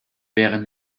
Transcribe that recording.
wäre